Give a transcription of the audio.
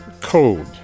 code